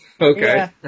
Okay